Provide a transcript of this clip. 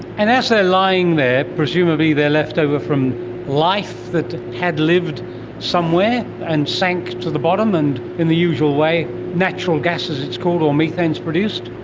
and ah lying there, presumably they are left over from life that had lived somewhere and sank to the bottom, and in the usual way natural gas as it's called, or methane, is produced?